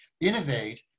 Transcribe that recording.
innovate